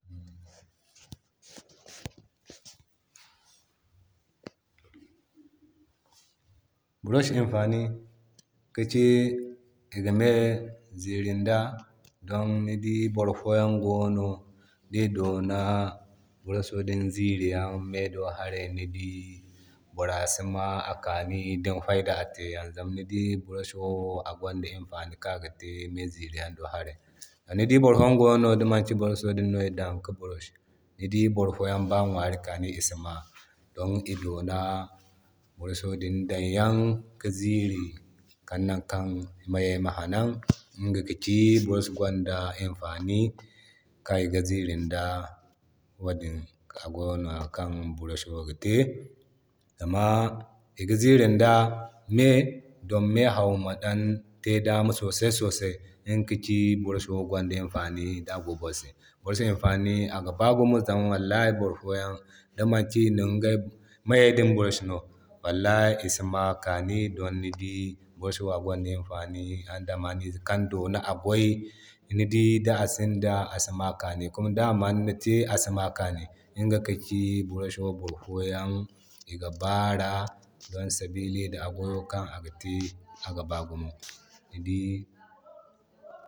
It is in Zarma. Burosh imfani ki ci iga me ziirin da. Don ni di boro fo yan gono kan dona burosho din ziiriyaŋ me do hara bora sima a kani din fayda a te yaŋ. zama ni di burosho din a gwanda imfani kan aga te me ziriyan do hara. Zama ni di boro foyan gono di manti burosho no idu ka burosh ni dii boro foyan ba ŋwari kaani isi ma don idona burosho din dayan ki ziri kal nankan meyay ma hanan. Iga ka ci burosh gwanda imfani kan iga zirinda wadin agoyo no kan burosho gi te. Zama iga zirin da me don me hau mate dama sosai sosai, iga ka ci burosh wo gwanda imfani da go boro se. Burosh imfani aga baa gumo zama wallahi boro foyan di manki inigay moyay din burosh no wallahi nisi ma a kani don ni dii burosh wo agwanda imfani. Andameyze kan dooni a gway ni di da sinda asima a kaani. Kuma da'a manna te asima a kaani, iga ka ci burosh wo boro foyan ga bara don sabili da agoyo kan aga te aga baa gumo ni dii.